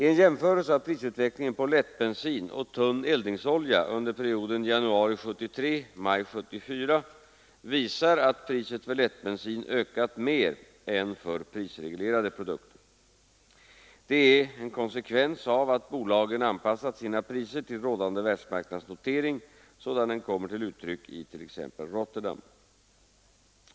En jämförelse av prisutvecklingen på lättbensin och tunn eldningsolja under perioden januari 1973 — maj 1974 visar att priset för lättbensin ökat mer än för prisreglerade oljeprodukter. Detta är en konsekvens av att bolagen anpassat sina priser till rådande världsmarknadsnotering sådan den kommer till uttryck i t.ex. Rotterdam.